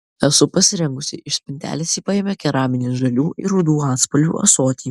esu pasirengusi iš spintelės ji paėmė keraminį žalių ir rudų atspalvių ąsotį